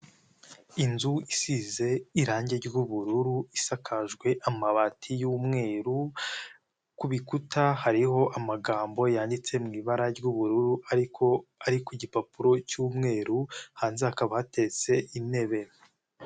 Inzu isize irangi ry'ubururu isakajwe amabati y'umweru kurukuta hariho amagambo yanditse mu ibara ry'ubururu ariko ari ku gipapuro cyu'mweru hanze hakaba hateretse intebe.